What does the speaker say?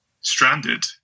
stranded